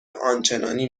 آنچنانی